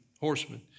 horsemen